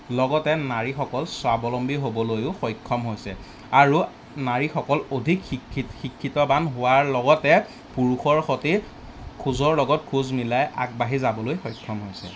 লগতে নাৰীসকল স্বাৱলম্বী হ'বলৈও সক্ষম হৈছে আৰু নাৰীসকল অধিক শিক্ষিত শিক্ষিতবান হোৱাৰ লগতে পুৰুষৰ সতি খোজৰ লগত খোজ মিলাই আগবাঢ়ি যাবলৈ সক্ষম হৈছে